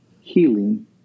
healing